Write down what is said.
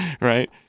right